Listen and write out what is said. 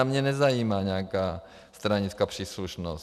Mě nezajímá nějaká stranická příslušnost.